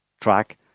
track